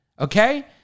okay